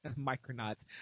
Micronauts